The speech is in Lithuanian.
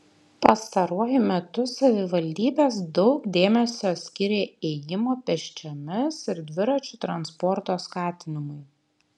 pastaruoju metu savivaldybės daug dėmesio skiria ėjimo pėsčiomis ir dviračių transporto skatinimui